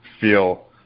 feel